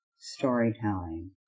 storytelling